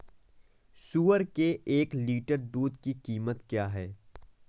सुअर के एक लीटर दूध की कीमत क्या है?